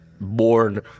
born